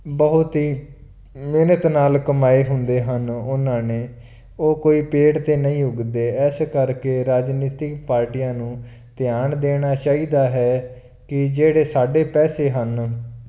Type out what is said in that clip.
ਬਹੁਤ ਹੀ ਮਿਹਨਤ ਨਾਲ ਕਮਾਏ ਹੁੰਦੇ ਹਨ ਉਹਨਾਂ ਨੇ ਉਹ ਕੋਈ ਪੇੜ 'ਤੇ ਨਹੀਂ ਉੱਗਦੇ ਇਸ ਕਰਕੇ ਰਾਜਨੀਤਿਕ ਪਾਰਟੀਆਂ ਨੂੰ ਧਿਆਨ ਦੇਣਾ ਚਾਹੀਦਾ ਹੈ ਕਿ ਜਿਹੜੇ ਸਾਡੇ ਪੈਸੇ ਹਨ